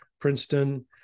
Princeton